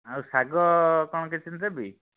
ଆଉ ଶାଗ କ'ଣ କିଛି ଦେବି